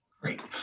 Great